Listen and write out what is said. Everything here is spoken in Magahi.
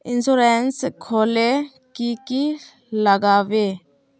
इंश्योरेंस खोले की की लगाबे?